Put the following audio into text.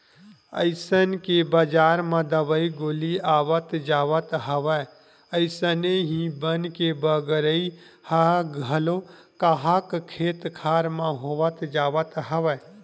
जइसन के बजार म दवई गोली आवत जावत हवय अइसने ही बन के बगरई ह घलो काहक खेत खार म होवत जावत हवय